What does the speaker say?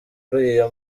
uriya